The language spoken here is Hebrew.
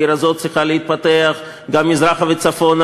העיר הזאת צריכה להתפתח גם מזרחה וצפונה,